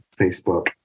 Facebook